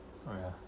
oh ya